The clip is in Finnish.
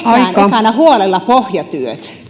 ekana huolella pohjatyöt